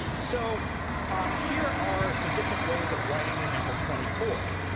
so um here are some different ways of writing the number twenty four.